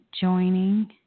joining